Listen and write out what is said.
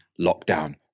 lockdown